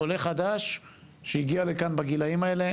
עולה חדש שהגיע לכאן בגילאים האלה,